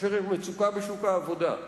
כאשר יש מצוקה בשוק העבודה,